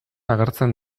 agertzen